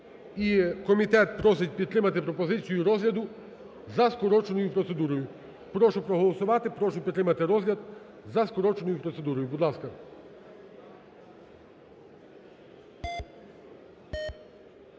І комітет просить підтримати пропозицію розгляду за скороченою процедурою. Прошу проголосувати, прошу підтримати розгляд за скороченою процедурою, будь ласка.